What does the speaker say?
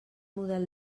model